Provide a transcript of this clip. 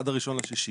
עד ה-1.6.